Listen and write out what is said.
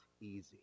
easy